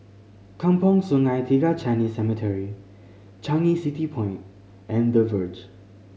Kampong Sungai Tiga Chinese Cemetery Changi City Point and The Verge